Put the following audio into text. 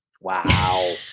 Wow